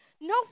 No